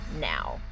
now